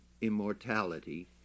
immortality